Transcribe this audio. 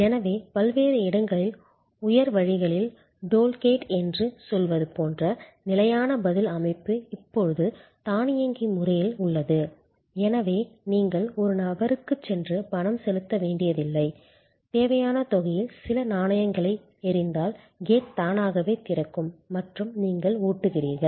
எனவே பல்வேறு இடங்களில் உயர் வழிகளில் டோல் கேட் என்று சொல்வது போன்ற நிலையான பதில் அமைப்பு இப்போது தானியங்கி முறையில் உள்ளது எனவே நீங்கள் ஒரு நபருக்குச் சென்று பணம் செலுத்த வேண்டியதில்லை தேவையான தொகையில் சில நாணயங்களை எறிந்தால் கேட் தானாகவே திறக்கும் மற்றும் நீங்கள் ஓட்டுகிறீர்கள்